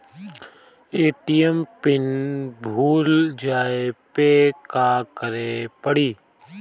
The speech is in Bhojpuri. ए.टी.एम पिन भूल जाए पे का करे के पड़ी?